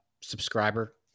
subscriber